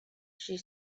she